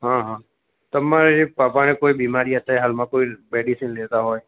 હા હા તમારે પપ્પાને કોઈ બીમારી અત્યારે હાલમાં કોઈ મેડીસિન લેતા હોય